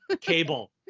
Cable